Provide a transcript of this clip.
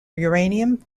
uranium